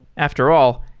after all,